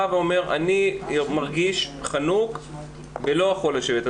הוא אומר שהוא מרגיש חנוק ולא יכול לשבת עם מסכה.